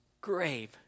grave